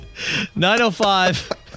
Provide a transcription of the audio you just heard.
905